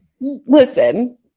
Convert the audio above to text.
Listen